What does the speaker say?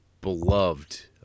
beloved